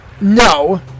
no